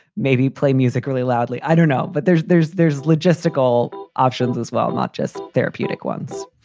maybe play music really loudly. i don't know. but there's there's there's logistical options as well. not just therapeutic ones.